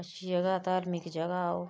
अच्छी जगह धार्मक जगह् ऐ ओह्